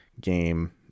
game